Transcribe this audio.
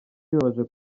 bibabaje